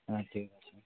হ্যাঁ ঠিক আছে